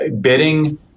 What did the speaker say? bidding